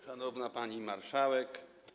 Szanowna Pani Marszałek!